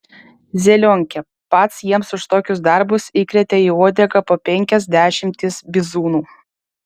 zelionkė pats jiems už tokius darbus įkrėtė į uodegą po penkias dešimtis bizūnų